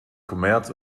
kommerz